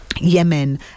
Yemen